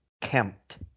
kempt